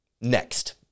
next